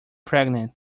pregnant